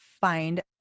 find